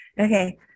Okay